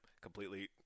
completely